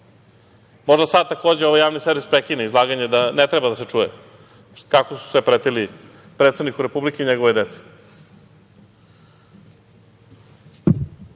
Možda sada takođe ovo javni servis prekine, ovo izlaganje ne treba da se čuje kako su sve pretili predsedniku republike i njegovoj